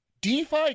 DeFi